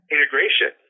Integration